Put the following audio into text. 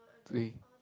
three